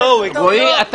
גיל, בבקשה.